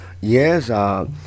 Yes